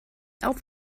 auf